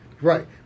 Right